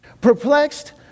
Perplexed